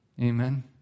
Amen